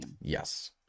Yes